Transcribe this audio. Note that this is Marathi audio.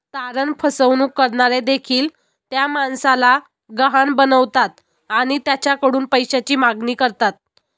तारण फसवणूक करणारे देखील त्या माणसाला गहाण बनवतात आणि त्याच्याकडून पैशाची मागणी करतात